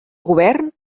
govern